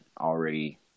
already